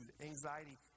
anxiety